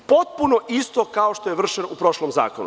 Potpuno isto kao što je vršeno u prošlom zakonu.